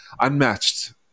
unmatched